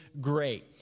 great